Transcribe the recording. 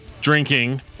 drinking